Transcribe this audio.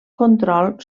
control